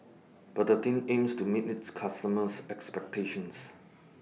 Betadine aims to meet its customers' expectations